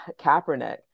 Kaepernick